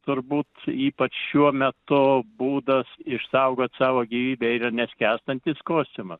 turbūt ypač šiuo metu būdas išsaugot savo gyvybę yra neskęstantis kostiumas